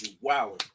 Wow